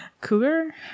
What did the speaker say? Cougar